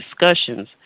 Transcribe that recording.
Discussions